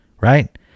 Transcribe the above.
right